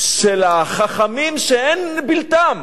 של החכמים, שאין בלתם,